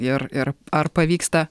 ir ir ar pavyksta